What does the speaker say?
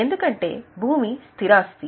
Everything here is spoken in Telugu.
" ఎందుకంటే భూమి స్థిరఆస్తి